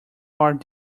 hard